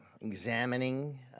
examining